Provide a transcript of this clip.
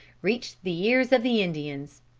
reached the ears of the indians.